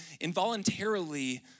involuntarily